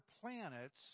planets